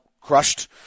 crushed